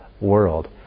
world